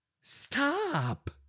stop